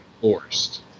forced